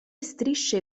strisce